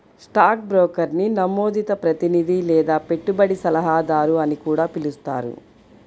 stock బ్రోకర్ని నమోదిత ప్రతినిధి లేదా పెట్టుబడి సలహాదారు అని కూడా పిలుస్తారు